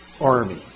army